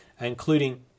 including